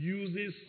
uses